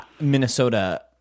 Minnesota